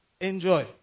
enjoy